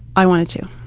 i wanted to.